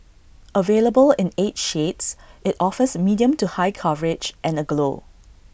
available in eight shades IT offers medium to high coverage and A glow